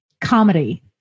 Comedy